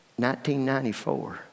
1994